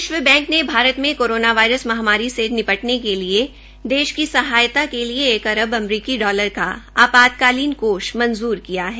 विश्व बैंक ने भारत में कोरोना वायरस महामारी से निपटने के लिए देश की सहायात के लिए एक अरब अमरीकी डॉलर का आपातकालीन कोष मज़ूर किया है